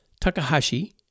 takahashi